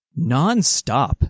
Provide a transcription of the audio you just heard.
nonstop